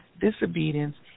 disobedience